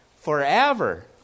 forever